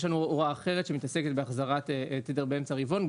יש לנו הוראה אחרת שמתעסקת בהחזרת התדר באמצע הרבעון.